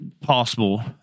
possible